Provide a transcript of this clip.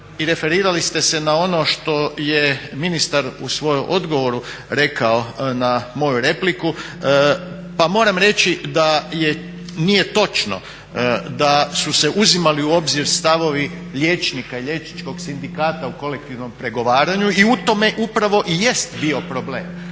referirali ste se na ono što je ministar u svojem odgovoru rekao na moju repliku, pa moram reći da nije točno da su se uzimali u obzir stavovi liječnika i liječničkog sindikata u kolektivnom pregovaraju i u tome upravo i jest bio problem.